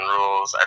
rules